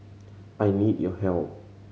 I need your help